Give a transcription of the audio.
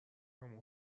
اون